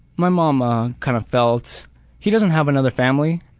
my mom ah kind of felt he doesn't have another family,